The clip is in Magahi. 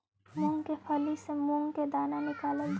मूंग के फली से मुंह के दाना निकालल जा हई